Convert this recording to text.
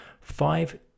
five